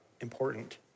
important